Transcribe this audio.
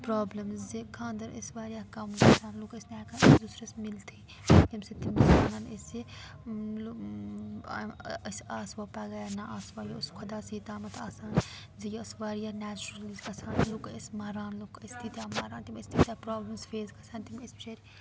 problems زِ خانٛدَر ٲسۍ واریاہ کَم گژھان لُکھ ٲسۍ نہٕ ہٮ۪کان أکِس دوٗسرِس مِلتھٕے ییٚمہِ سۭتۍ تِم ٲسۍ وَنان ٲسۍ زِ أسۍ آسوا پَگاہ یا نہ آسوا یہِ اوس خۄدایسٕے تامَتھ آسان زِ یہِ ٲس واریاہ نیچرل ٲس گَژھان لُکھ ٲسۍ مَران لُکھ ٲسۍ تیٖتیٛاہ مَران تِم ٲسۍ تیٖتیٛاہ پرٛابلِمٕز فیس گَژھان تِم ٲسۍ بِچٲرۍ